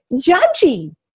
judging